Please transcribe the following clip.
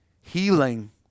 healing